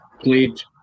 played